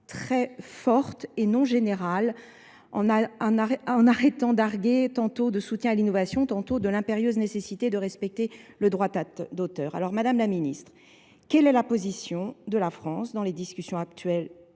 très forte et non générale, en arrêtant d'arguer tantôt de soutien à l'innovation, tantôt de l'impérieuse nécessité de respecter le droit d'auteur. Madame la Ministre, Quelle est la position de la France dans les discussions actuelles